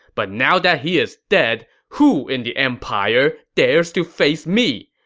but now that he is dead, who in the empire dares to face me?